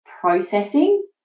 processing